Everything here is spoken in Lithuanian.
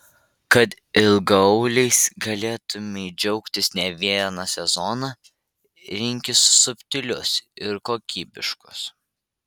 kad ilgaauliais galėtumei džiaugtis ne vieną sezoną rinkis subtilius ir kokybiškus